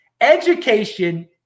Education